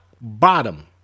bottom